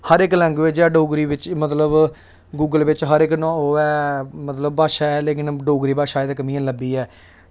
हर इक लैंग्वेज़ ऐ डोगरी बिच मतलब गूगल बिच हर इक ना ओह् ऐ मतलब भाशा ऐ लेकिन डोगरी भाशा अज्ज तक मिगी निं लब्भी ऐ